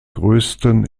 größten